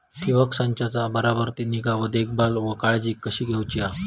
ठिबक संचाचा बराबर ती निगा व देखभाल व काळजी कशी घेऊची हा?